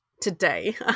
today